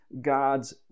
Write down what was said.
god's